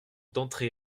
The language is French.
d’entrée